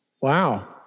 Wow